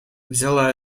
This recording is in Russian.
взяла